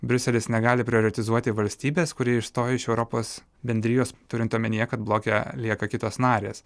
briuselis negali prioretizuoti valstybės kuri išstoja iš europos bendrijos turint omenyje kad bloke lieka kitos narės